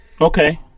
Okay